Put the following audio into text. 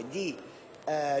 di